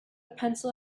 pencil